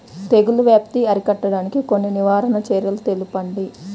తెగుళ్ల వ్యాప్తి అరికట్టడానికి కొన్ని నివారణ చర్యలు తెలుపండి?